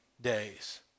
days